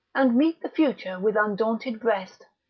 and meet the future with undaunted breast